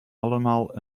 allemaal